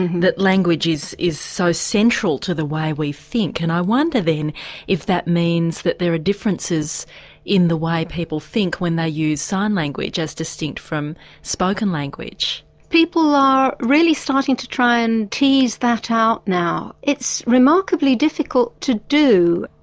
that language is is so central to the way we think. and i wonder then if that means that there are differences in the way people think when they use sign language as distinct from spoken language? people are really starting to try and tease that out now. it's remarkably difficult to do.